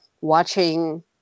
watching